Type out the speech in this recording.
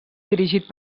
dirigit